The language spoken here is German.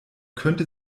könnte